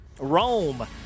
rome